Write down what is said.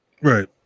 Right